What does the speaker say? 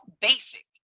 basic